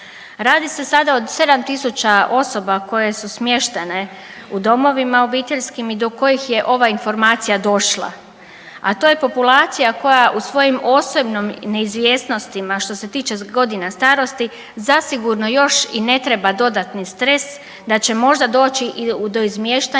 Radi se sada o 7 000 osoba koje su smještene u domovima obiteljskim i do kojih je ova informacija došla, a to je populacija koja u svojim .../Govornik se ne razumije./... i neizvjesnostima što se tiče godina starosti, zasigurno još i ne treba dodatni stres da će možda doći i to izmještanja